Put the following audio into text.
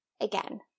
again